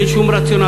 אין שום רציונל.